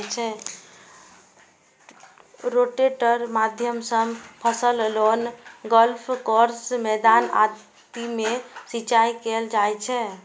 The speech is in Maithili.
रोटेटर के माध्यम सं फसल, लॉन, गोल्फ कोर्स, मैदान आदि मे सिंचाइ कैल जाइ छै